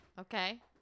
okay